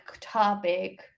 topic